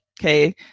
okay